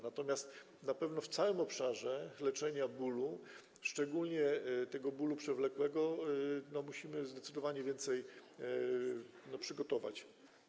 Natomiast na pewno w całym obszarze leczenia bólu, szczególnie bólu przewlekłego, musimy zdecydowanie więcej rzeczy przygotować.